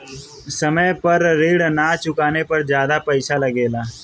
समय पर ऋण ना चुकाने पर ज्यादा पईसा लगेला?